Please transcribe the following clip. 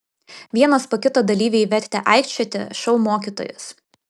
vienas po kito dalyviai vertė aikčioti šou mokytojus